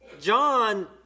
John